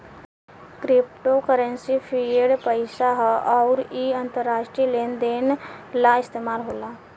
crypto currency fiat पईसा ह अउर इ अंतरराष्ट्रीय लेन देन ला इस्तमाल होला